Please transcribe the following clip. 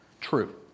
True